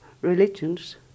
religions